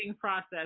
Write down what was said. process